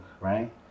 right